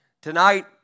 Tonight